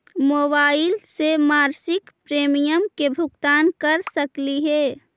Mobile से मासिक premium के भुगतान कर सकली हे?